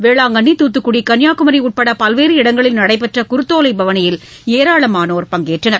வேளாங்கண்ணி தூத்துக்குடி கன்னியாகுமரி உட்பட பல்வேறு இடங்களில் நடைபெற்ற குருத்தோலை பவனியில் ஏராளமானோர் பங்கேற்றனர்